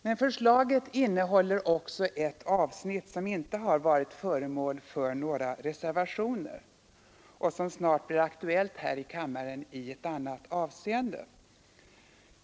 Men förslaget innehåller också ett avsnitt som inte har varit föremål för några reservationer och som snart blir aktuellt här i kammaren i ett annat avseende.